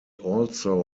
also